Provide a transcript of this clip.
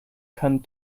come